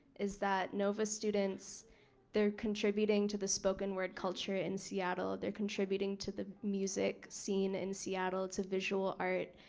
is that nova students they're contributing to the spoken word culture in seattle. they're contributing to the music scene in seattle to visual art.